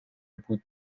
بود